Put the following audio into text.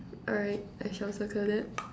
alright I shall circle that